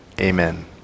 amen